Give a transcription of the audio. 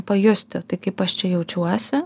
pajusti tai kaip aš čia jaučiuosi